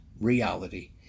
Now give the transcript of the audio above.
reality